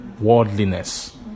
worldliness